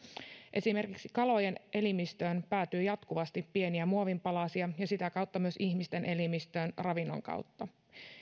esimerkiksi kalojen elimistöön päätyy jatkuvasti pieniä muovinpalasia ja sitä kautta myös ihmisten elimistöön ravinnon kautta